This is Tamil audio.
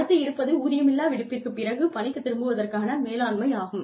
அடுத்து இருப்பது ஊதியமில்லா விடுப்பிற்கு பிறகு பணிக்குத் திரும்புவதற்கான மேலாண்மை ஆகும்